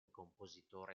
compositore